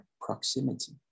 proximity